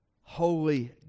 holy